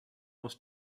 was